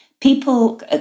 people